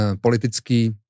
politický